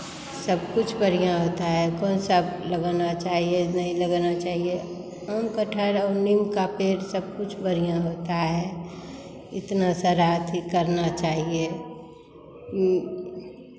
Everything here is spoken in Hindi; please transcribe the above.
सब कुछ बढ़ियाँ होता है कौन सा लगाना चाहिए नहीं लगाना चाहिए आम कटहल और नीम का पेड़ सब कुछ बढ़ियाँ होता है इतना सारा अथि करना चाहिए